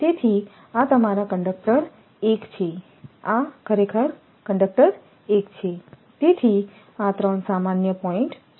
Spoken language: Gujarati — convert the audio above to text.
તેથી આ તમારા કંડક્ટર 1 છે આ ખરેખર કંડક્ટર 1 છે તેથી આ 3 સામાન્ય પોઇન્ટ્ છે